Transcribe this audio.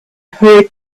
hurried